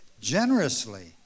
generously